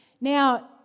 Now